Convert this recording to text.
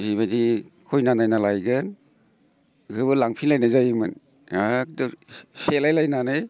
जिबायदि खैना नायना लायगोन बेफोरबो लांफिनलायनाय जायोमोन एखदम सेलायलायनानै